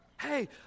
Hey